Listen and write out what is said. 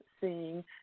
seeing